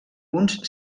uns